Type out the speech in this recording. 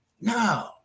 No